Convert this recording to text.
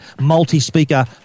multi-speaker